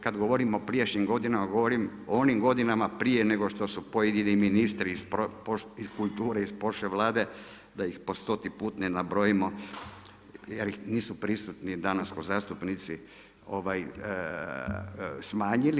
Kad govorim o prijašnjim godinama, govorim o onim godinama, prije nego što su pojedini ministri iz kulture iz prošle Vlade da ih po 100-ti put ne nabrojimo, jer nisu prisutni danas ko zastupnici, smanjili.